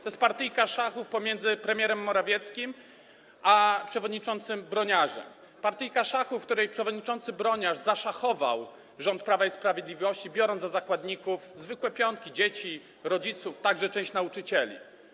To partyjka szachów między premierem Morawieckim a przewodniczącym Broniarzem, partyjka szachów, w której przewodniczący Broniarz zaszachował rząd Prawa i Sprawiedliwości, biorąc za zakładników zwykłe pionki: dzieci, rodziców, a także część nauczycieli.